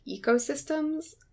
ecosystems